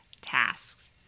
tasks